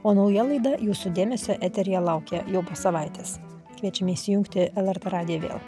o nauja laida jūsų dėmesio eteryje laukia jau po savaitės kviečiame įsijungti lrt radiją vėl